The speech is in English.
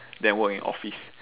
than work in office